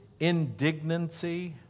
indignancy